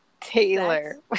Taylor